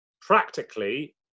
practically